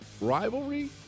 rivalry